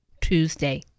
Tuesday